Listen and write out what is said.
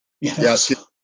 Yes